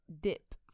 Dip